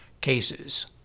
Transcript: cases